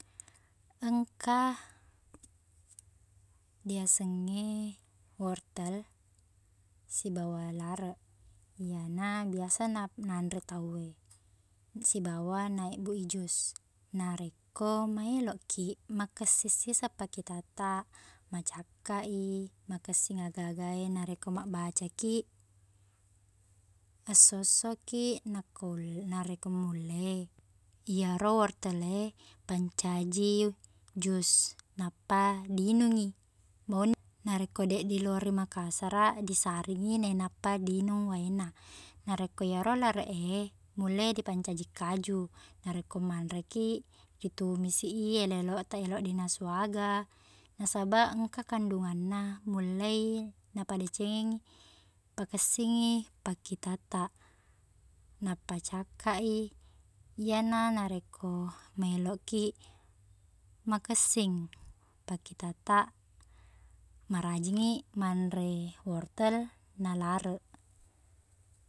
Engka diasengnge wortel sibawa lareq iyana biasanna na anre tau e sibawa naibbu i jus narekko maelokki makessing siseng pakkitattaq macakka i makessing agaga e narekko mabbacaki esso-essoki nakau- narekko mulle iyaro wortel e pancaji jus nappa diinung i mo- narekko deq diloreng makassara disaringngi nainappa diinung waena narekko iyaro lareq e mulle dipancaji kaju narekko manreki ritumisi i elo-elota elo dinasu aga nasaba engka kandunganna mulle i napadeceng pakessingngi pakkitattaq nappacakka i iyena narekko maelokki makessing pakkitattaq marajingngi manre wortel na lareq